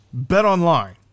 BetOnline